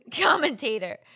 commentator